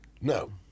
No